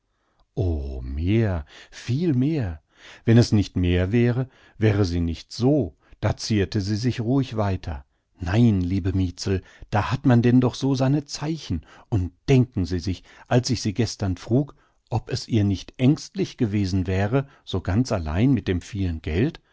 mehr viel mehr wenn es nicht mehr wäre wäre sie nicht so da zierte sie sich ruhig weiter nein liebe mietzel da hat man denn doch so seine zeichen und denken sie sich als ich sie gestern frug ob es ihr nicht ängstlich gewesen wäre so ganz allein mit dem vielen geld